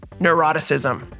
neuroticism